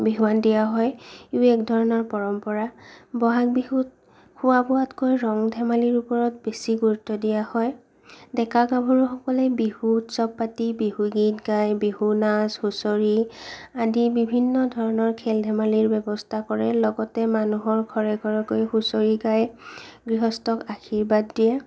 বিহুৱান দিয়া হয় ইয়ো এক ধৰণৰ পৰম্পৰা বহাগ বিহুত খোৱা বোৱাতকৈ ৰং ধেমালিৰ ওপৰত বেছি গুৰুত্ব দিয়া হয় ডেকা গাভৰুসকলে বিহু উৎসৱ পাতি বিহুগীত গাই বিহু নাচ হুঁচৰি আদি বিভিন্ন ধৰণৰ খেল ধেমালিৰ ব্যৱস্থা কৰে লগতে মানুহৰ ঘৰে ঘৰে গৈ হুঁচৰি গায় গৃহস্থক আশীৰ্বাদ দিয়ে